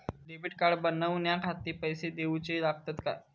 Debit card बनवण्याखाती पैसे दिऊचे लागतात काय?